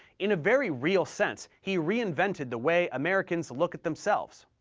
in a very real sense, he reinvented the way americans look at themselves.